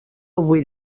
avui